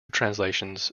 translations